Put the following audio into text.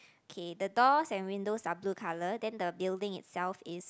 K the doors and windows are blue colour then the building itself is